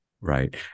right